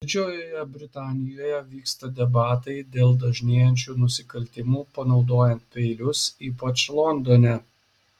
didžiojoje britanijoje vyksta debatai dėl dažnėjančių nusikaltimų panaudojant peilius ypač londone